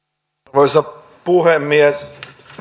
arvoisa puhemies